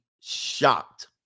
shocked